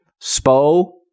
Spo